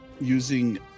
using